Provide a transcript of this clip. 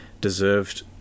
deserved